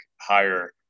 higher